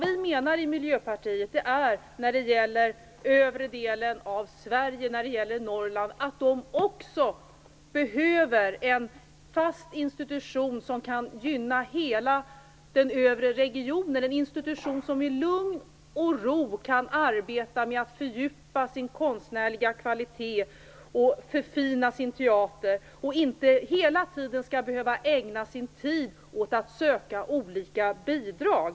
Vi i Miljöpartiet menar att också den övre delen av Sverige, Norrland, behöver en fast institution som kan gynna hela den övre regionen. Det skall vara en institution som i lugn och ro kan arbeta med att fördjupa sin konstnärliga kvalitet och förfina sin teater, och inte hela tiden skall behöva ägna sin tid åt att söka olika bidrag.